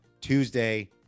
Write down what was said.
Tuesday